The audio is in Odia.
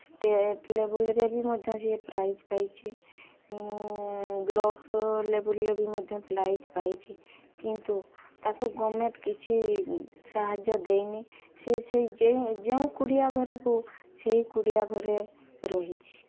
ଷ୍ଟେଟ୍ ଲେବଲରେ ବି ମଧ୍ୟ ସେ ପ୍ରାଇଜ୍ ପାଇଛି ବ୍ଲକ୍ ଲେବଲରେ ବି ମଧ୍ୟ ପ୍ରାଇଜ୍ ପାଇଛି କିନ୍ତୁ ତାକୁ ଗଭର୍ଣ୍ଣମେଣ୍ଟ କିଛି ସାହାଯ୍ୟ ଦେଇନି ସିଏ ସେଇ ଯେ ଯେଉଁ କୁଡ଼ିଆ ଘରକୁ ସେଇ କୁଡ଼ିଆ ଘରେ ରହିଛି